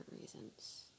reasons